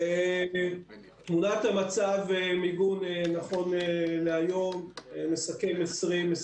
תמונת המצב מיגון, נכון להיום, נסכם 2020,